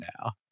now